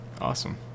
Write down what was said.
awesome